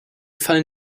fallen